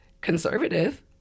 conservative